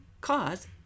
cause